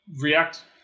React